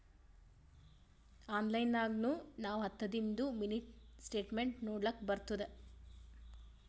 online ನಾಗ್ನು ನಾವ್ ಹತ್ತದಿಂದು ಮಿನಿ ಸ್ಟೇಟ್ಮೆಂಟ್ ನೋಡ್ಲಕ್ ಬರ್ತುದ